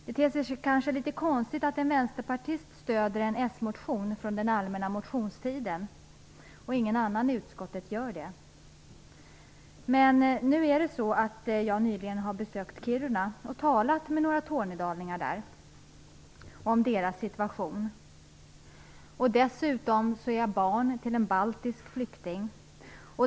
Det ter sig kanske litet konstigt att en vänsterpartist - och ingen annan i utskottet - stöder en socialdemokratisk motion från den allmänna motionstiden. Men nu är det så att jag nyligen har besökt Kiruna och talat med några tornedalingar om deras situation. Dessutom är jag barn till en baltisk flykting.